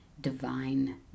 divine